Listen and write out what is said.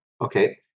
Okay